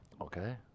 Okay